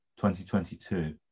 2022